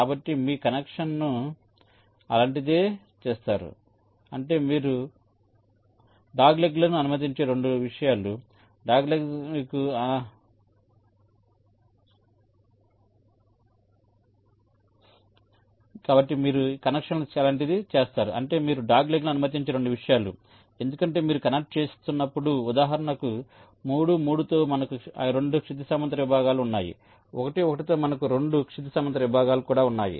కాబట్టి మీరు కనెక్షన్ను ఇలాంటిదే చేస్తారు అంటే మీరు డాగ్లెగ్లను అనుమతించే 2 విషయాలు ఎందుకంటే మీరు కనెక్ట్ చేస్తున్నప్పుడు ఉదాహరణకు 3 3 తో మనకు 2 క్షితిజ సమాంతర విభాగాలు ఉన్నాయి 1 1 తో మనకు 2 క్షితిజ సమాంతర విభాగాలు కూడా ఉన్నాయి